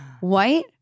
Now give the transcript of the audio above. White